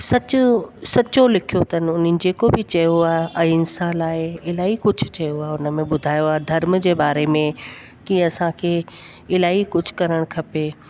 सच सचो लिखियो तन हुननि जेको बि चयो आहे अहिंसा लाइ इलाही कुझु चयो आहे हुनमें ॿुधायो आहे धर्म जे बारे में कीअं असांखे इलाही कुझु करणु खपे